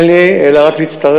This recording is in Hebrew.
אין לי אלא רק להצטרף.